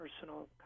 personal